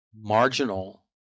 marginal